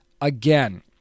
again